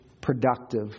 productive